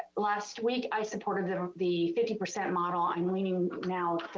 last week i supported the fifty percent model. i'm leaning now,